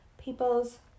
People's